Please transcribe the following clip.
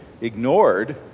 ignored